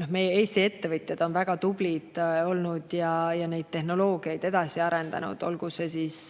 et Eesti ettevõtjad on väga tublid olnud ja neid tehnoloogiaid edasi arendanud, olgu see siis